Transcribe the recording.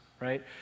right